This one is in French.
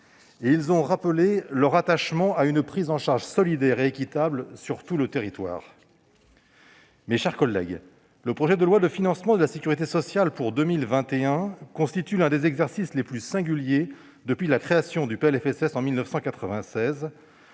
Ils ont rappelé leur attachement à une prise en charge solidaire et équitable sur tout le territoire. Mes chers collègues, le projet de loi de financement de la sécurité sociale pour 2021 constitue l'un des exercices les plus singuliers depuis la création du PLFSS en 1996,